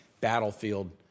battlefield